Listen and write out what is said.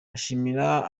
ashimira